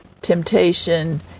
temptation